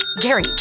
Gary